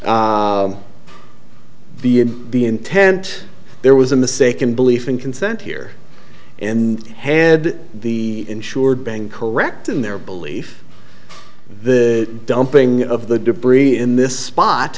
the the intent there was a mistaken belief in consent here and had the insured bank correct in their belief the dumping of the debris in this spot